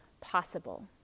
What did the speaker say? possible